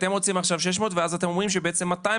אתם רוצים עכשיו 600 ואז אתם אומרים שבעצם ה-200